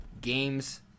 games